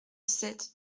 sept